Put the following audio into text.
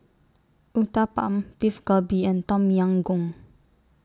Uthapam Beef Galbi and Tom Yam Goong